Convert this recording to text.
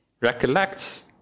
recollects